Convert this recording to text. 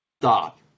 stop